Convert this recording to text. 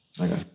Okay